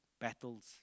battles